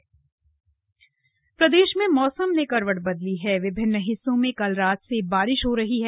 मौसम प्रदेश में मौसम ने करवट बदली है विभिन्न हिस्सों में कल रात से बारिश हो रही है